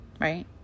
Right